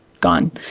gone